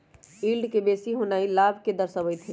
yield के बेशी होनाइ लाभ के दरश्बइत हइ